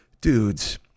dudes